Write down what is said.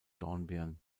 dornbirn